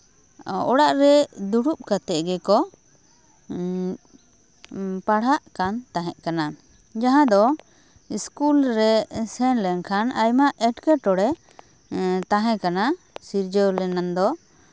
ᱚᱲᱟᱜ ᱨᱮ ᱫᱩᱲᱩᱵ ᱠᱟᱛᱮᱫ ᱜᱮᱠᱚ ᱯᱟᱲᱦᱟᱜ ᱠᱟᱱ ᱛᱟᱦᱮᱸ ᱠᱟᱱᱟ ᱡᱟᱦᱟᱸ ᱫᱚ ᱥᱠᱩᱞ ᱨᱮ ᱥᱮᱱ ᱞᱮᱱᱠᱷᱟᱱ ᱟᱭᱢᱟ ᱮᱸᱴᱠᱮᱴᱚᱲᱮ ᱛᱟᱦᱮᱸ ᱠᱟᱱᱟ ᱥᱤᱨᱡᱟᱹᱣ ᱞᱮᱱᱟ ᱫᱚ